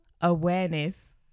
awareness